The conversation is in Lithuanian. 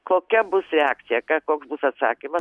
kokia bus reakcija ka koks bus atsakymas